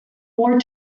more